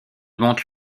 monte